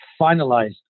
finalized